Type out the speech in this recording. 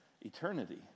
eternity